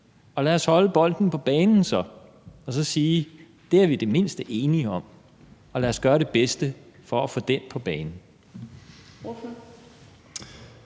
og lad os så holde bolden på banen og sige: Det er vi i det mindste enige om, og lad os gøre det bedste for at holde den på banen.